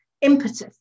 impetus